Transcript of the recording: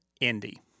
Indy